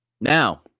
Now